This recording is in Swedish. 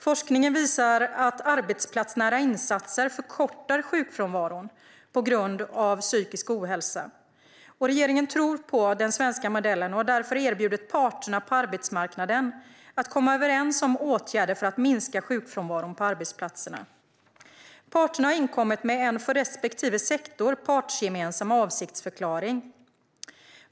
Forskningen visar att arbetsplatsnära insatser förkortar sjukfrånvaron på grund av psykisk ohälsa. Regeringen tror på den svenska modellen och har därför erbjudit parterna på arbetsmarknaden att komma överens om åtgärder för att minska sjukfrånvaron på arbetsplatserna. Parterna har inkommit med en för respektive sektor partsgemensam avsiktsförklaring.